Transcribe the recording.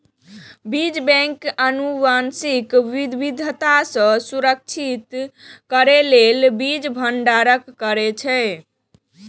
बीज बैंक आनुवंशिक विविधता कें संरक्षित करै लेल बीज भंडारण करै छै